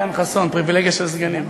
הסגן חסון, פריבילגיה של סגנים.